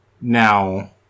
Now